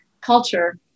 culture